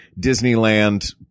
Disneyland